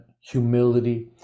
humility